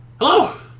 Hello